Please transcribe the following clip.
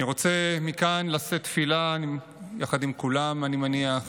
אני רוצה לשאת מכאן תפילה, יחד עם כולם, אני מניח,